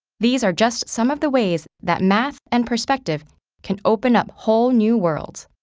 these are just some of the ways that math and perspective can open up whole new worlds.